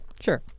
Sure